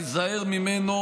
להיזהר ממנו